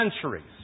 centuries